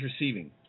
receiving